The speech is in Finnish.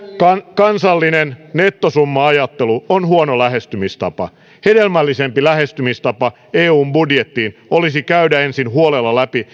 kansallinen nettosumma ajattelu on huono lähestymistapa hedelmällisempi lähestymistapa eun budjettiin olisi käydä ensin huolella läpi